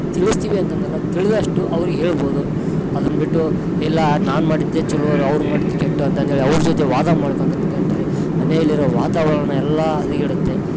ತಿಳಿಸ್ತೀವಿ ಅಂತಂದಲ್ಲ ತಿಳಿದಷ್ಟು ಅವರಿಗೆ ಹೇಳ್ಬೌದು ಅದನ್ನು ಬಿಟ್ಟು ಇಲ್ಲ ನಾನು ಮಾಡಿದ್ದೇ ಚಲೋ ಅವರು ಮಾಡಿದ್ದು ಕೆಟ್ಟು ಅಂತಂದೇಳಿ ಅವರ ಜೊತೆ ವಾದ ಮಾಡ್ಕೊಳ್ತಾ ನಿಂತ್ಕೊಂಡರೆ ಮನೆಯಲ್ಲಿರೋ ವಾತಾವರಣ ಎಲ್ಲಾ ಹದಗೆಡುತ್ತೆ